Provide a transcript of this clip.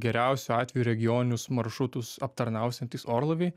geriausiu atveju regioninius maršrutus aptarnausiantys orlaiviai